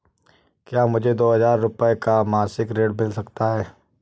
क्या मुझे दो हजार रूपए का मासिक ऋण मिल सकता है?